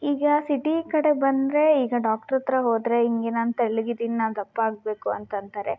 ಈಗ ಸಿಟೀ ಕಡೆ ಬಂದರೆ ಈಗ ಡಾಕ್ಟ್ರ ಹತ್ರ ಹೋದರೆ ಹಿಂಗೆ ನಾನು ತೆಳ್ಳಗಿದ್ದೀನಿ ನಾ ದಪ್ಪ ಆಗಬೇಕು ಅಂತ ಅಂತಾರೆ